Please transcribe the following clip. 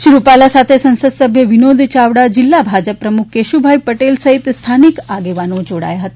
શ્રી રૂપાલા સાથે સંસદસભ્ય વિનોદ ચાવડા તિલ્લા ભાત પ પ્રમુખ કેશુભાઈ પટેલ સહિત સ્થાનિક આગેવાનો ઊડાયા હતા